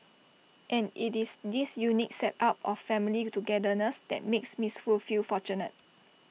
and IT is this unique set up of family togetherness that makes miss Foo feel fortunate